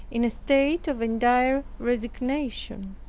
in a state of entire resignation,